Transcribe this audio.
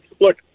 Look